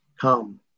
come